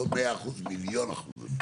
לא מאה אחוז, מיליון אחוז.